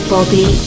Bobby